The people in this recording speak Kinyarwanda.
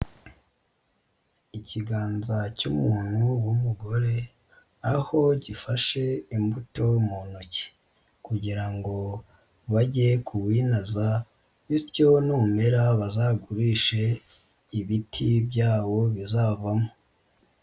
Ikiganza cy'umuntu w'umugore, aho gifashe imbuto mu ntoki, kugira ngo bajye kuwinaza, bityo numera bazagurishe ibiti byawo bizavamo.